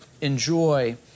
enjoy